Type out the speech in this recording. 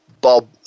Bob